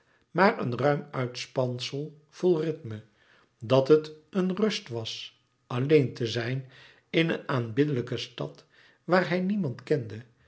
maar een ruim uitspansel vol rythme dat het een rust was alleen te zijn in een aanbiddelijke stad waar hij niemand kende